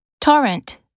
Torrent